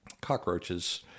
Cockroaches